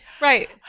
Right